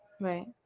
Right